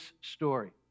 story